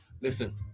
Listen